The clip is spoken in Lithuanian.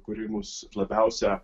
kuri mus labiausia